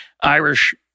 Irish